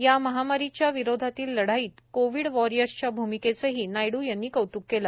या महामारीच्या विरोधात लढाईत कोविड वॉरियर्सच्या भूमिकेचेही नायडू यांनी कौत्क केले